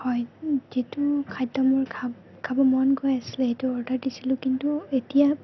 হয় যিটো খাদ্য মোৰ খাব খাবলৈ মন গৈ আছিলে সেইটো অৰ্ডাৰ দিছিলোঁ কিন্তু এতিয়া